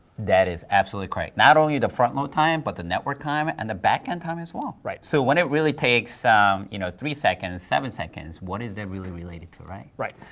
that is absolutely correct. not only the front-load time, but the network time and the back-end time as well. right. so when it really takes so you know three seconds, seven seconds, what is that really related to, right? right.